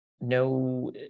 no